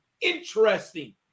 interesting